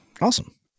Awesome